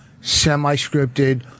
semi-scripted